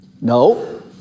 No